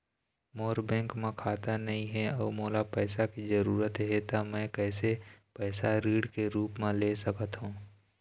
मोर bank म खाता नई हे अउ मोला पैसा के जरूरी हे त मे कैसे पैसा ऋण के रूप म ले सकत हो?